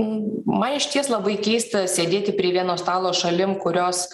man išties labai keista sėdėti prie vieno stalo šalim kurios